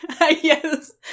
Yes